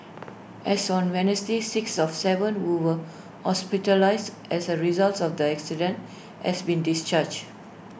as on Wednesday six of Seven who were hospitalised as A result of the accident has been discharged